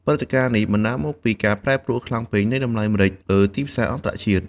ព្រឹត្តិការណ៍នេះ បណ្តាលមកពីការប្រែប្រួលខ្លាំងពេក នៃតម្លៃម្រេចលើទីផ្សារអន្តរជាតិ។